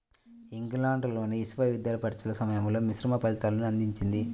ఇంగ్లాండ్లోని విశ్వవిద్యాలయ పరీక్షల సమయంలో మిశ్రమ ఫలితాలను అందించింది